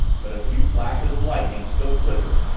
but a few flashes of lightning still flickered,